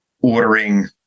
ordering